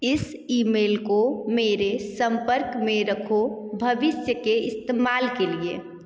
इस ईमेल को मेरे संपर्क में रखो भविष्य के इस्तेमाल के लिए